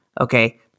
okay